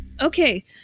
Okay